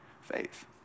faith